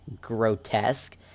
grotesque